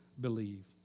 believe